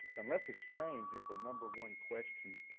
unless it's changed, it's the number one question